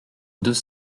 deux